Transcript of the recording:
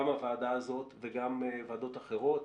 גם הוועדה הזאת וגם ועדות אחרות,